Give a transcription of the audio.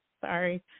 sorry